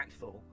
impactful